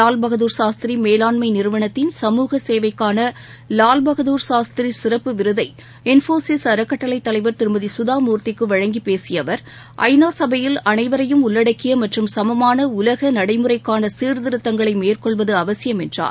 வால் பகதூர் சாஸ்திரி மேலாண்மை நிறுவனத்தின் சமூக சேவைக்கான லால் பகதூர் சாஸ்திரி சிறப்பு விருதை இன்ஃபோசிஸ் அறக்கட்டளைத் தலைவர் திருமதி சுதா மூர்த்திக்கு வழங்கிப் பேசிய அவர் ஐநா சபையில் அளைவரையும் உள்ளடக்கிய மற்றம் சமமாள உலக நடைமுறைக்கான சீர்திருத்தங்களை மேற்கொள்வது அவசியம் என்றார்